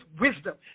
wisdom